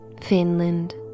Finland